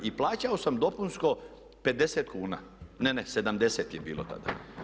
I plaćao sam dopunsko 50 kuna, ne, ne 70 je bilo tada.